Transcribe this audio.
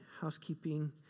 housekeeping